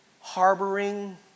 Harboring